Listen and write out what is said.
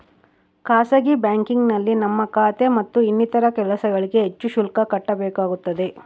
ಖಾಸಗಿ ಬ್ಯಾಂಕಿಂಗ್ನಲ್ಲಿ ನಮ್ಮ ಖಾತೆ ಮತ್ತು ಇನ್ನಿತರ ಕೆಲಸಗಳಿಗೆ ಹೆಚ್ಚು ಶುಲ್ಕ ಕಟ್ಟಬೇಕಾಗುತ್ತದೆ